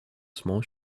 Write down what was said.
small